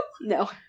No